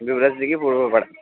Durga Purbapara